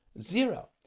zero